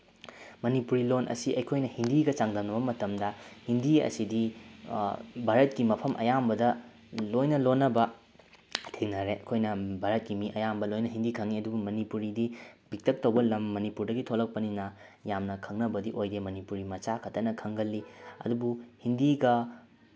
ꯃꯅꯤꯄꯨꯔꯤ ꯂꯣꯟ ꯑꯁꯤ ꯑꯩꯈꯣꯏꯅ ꯍꯤꯟꯗꯤꯒ ꯆꯥꯡꯗꯝꯅꯕ ꯃꯇꯝꯗ ꯍꯤꯟꯗꯤ ꯑꯁꯤꯗꯤ ꯚꯥꯔꯠꯀꯤ ꯃꯐꯝ ꯑꯌꯥꯝꯕꯗ ꯂꯣꯏꯅ ꯂꯣꯟꯅꯕ ꯊꯦꯡꯅꯔꯦ ꯑꯩꯈꯣꯏꯅ ꯚꯥꯔꯠꯀꯤ ꯃꯤ ꯑꯌꯥꯝꯕ ꯂꯣꯏꯅ ꯍꯤꯟꯗꯤ ꯈꯪꯉꯤ ꯑꯗꯨꯕꯨ ꯃꯅꯤꯄꯨꯔꯤꯗꯤ ꯄꯤꯛꯇꯛ ꯇꯧꯕ ꯂꯝ ꯃꯅꯤꯄꯨꯔꯗꯒꯤ ꯊꯣꯛꯂꯛꯄꯅꯤꯅ ꯌꯥꯝꯅ ꯈꯪꯅꯕꯗꯤ ꯑꯣꯏꯗꯦ ꯃꯅꯤꯄꯨꯔꯤ ꯃꯆꯥꯈꯛꯇꯅ ꯈꯪꯒꯜꯂꯤ ꯑꯗꯨꯕꯨ ꯍꯤꯟꯗꯤꯒ